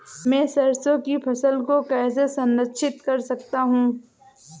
मैं सरसों की फसल को कैसे संरक्षित कर सकता हूँ?